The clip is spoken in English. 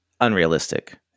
unrealistic